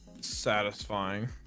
Satisfying